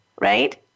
right